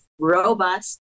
robust